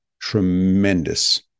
tremendous